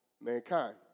mankind